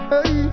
Hey